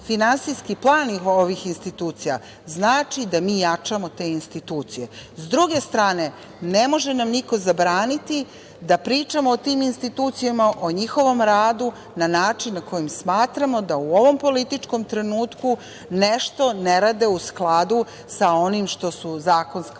finansijske planove ovih institucija znači da mi jačamo te institucije. Sa druge strane, ne može nam niko zabraniti da pričamo o tim institucijama, o njihovom radu na način na koji smatramo da u ovom političkom trenutku nešto ne rade u skladu sa onim što je zakonska obaveza